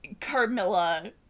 Carmilla